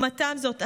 לעומת זאת,